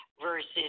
versus